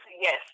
yes